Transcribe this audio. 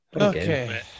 Okay